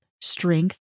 strength